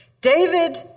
David